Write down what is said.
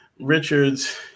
Richards